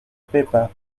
pepa